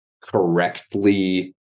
correctly